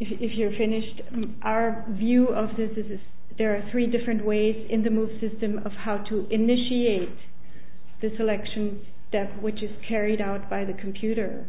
if you're finished our view of this is that there are three different ways in the movie system of how to initiate the selection step which is carried out by the computer